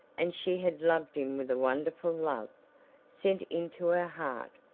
and she had loved him with a wonderful love sent into her heart,